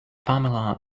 pamela